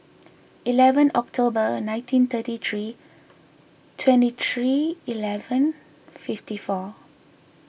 eleven October nineteen thirty three twenty three eleven fifty four